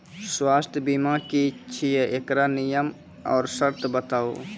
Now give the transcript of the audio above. स्वास्थ्य बीमा की छियै? एकरऽ नियम आर सर्त बताऊ?